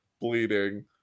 bleeding